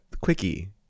Quickie